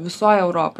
visoj europoj